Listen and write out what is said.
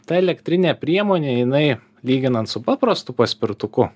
ta elektrinė priemonė jinai lyginant su paprastu paspirtuku